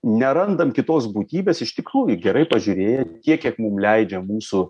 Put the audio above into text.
nerandam kitos būtybės iš tikrųjų gerai pažiūrėję tiek kiek mum leidžia mūsų